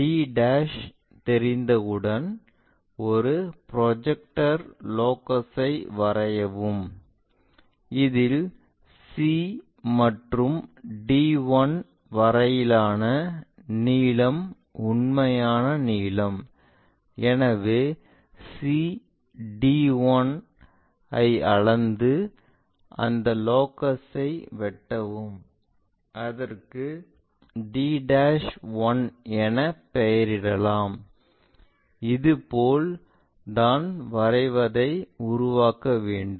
d தெரிந்தவுடன் ஒரு projector லோகஸை வரையவும் இதில் c முதல் d 1 வரையிலான நீளம் உண்மையான நீளம் எனவே c d 1 ஐ அளந்து அந்த லோகஸை வெட்டவும் அதற்கு d 1 என பெயரிடலாம் இதுபோல் தான் வரைபடத்தை உருவாக்க வேண்டும்